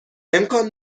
امکان